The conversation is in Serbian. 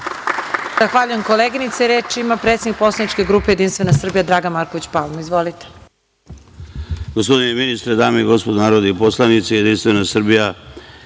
Zahvaljujem koleginice. Reč ima predsednik poslaničke grupe Jedinstvene Srbije, Dragan Marković Palma. Izvolite.